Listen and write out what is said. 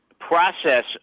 process